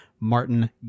Martin